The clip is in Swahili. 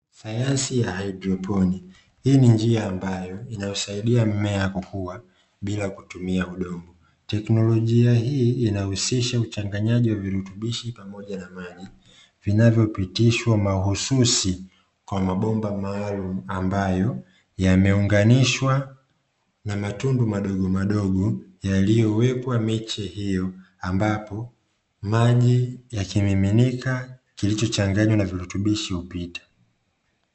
Sayansi ya haidroponiki, hii ni njia ambayo inayosaidia mmea kukua bila kutumia udongo. Teknolojia hii inahusisha uchanganyaji wa virutubishi pamoja na maji vinavyopitishwa mahususi kwa mabomba maalumu ambayo yameunganishwa na matundu madogo madogo yaliyowekwa miche hiyo ambapo maji ya kimiminika kilichochanganywa na virutubishi upita.